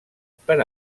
per